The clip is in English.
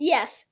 Yes